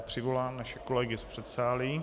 Přivolám naše kolegy z předsálí.